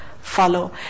follow